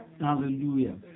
Hallelujah